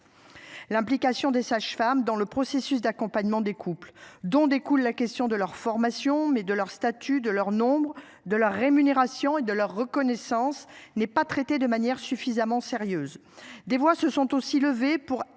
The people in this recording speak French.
L'implication des sages-femmes dans le processus d'accompagnement des couples dont découle la question de leur formation, mais de leur statut, de leurs nombres de la rémunération et de leur reconnaissance n'est pas traité de manière suffisamment sérieuse. Des voix se sont aussi levé pour exprimer